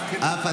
לעצמאים),